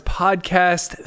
podcast